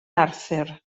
arthur